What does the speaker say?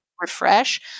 refresh